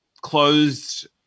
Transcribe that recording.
closed